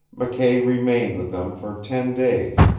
mckay remained with them for ten days,